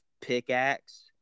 pickaxe